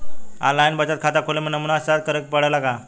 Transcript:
आन line बचत खाता खोले में नमूना हस्ताक्षर करेके पड़ेला का?